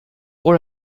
pour